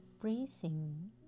breathing